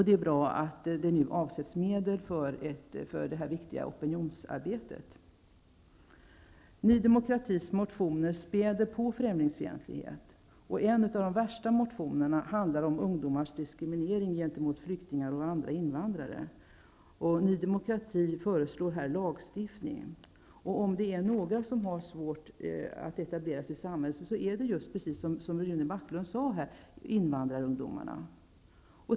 Det är bra att det nu avsätts medel för det här viktiga opinionsarbetet. Ny demokratis motioner späder på främlingsfientligheten. En av de värsta motionerna handlar om ungdomars diskriminering gentemot flyktingar och andra invandrare. Ny demokrati föreslår här lagstiftning. Om det är några som har svårt att etablera sig i samhället är det, precis som Rune Backlund här sade, invandrarungdomarna.